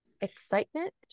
excitement